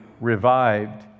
revived